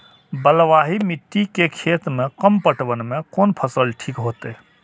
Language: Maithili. बलवाही मिट्टी के खेत में कम पटवन में कोन फसल ठीक होते?